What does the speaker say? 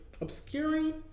obscuring